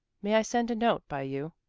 may i send a note by you?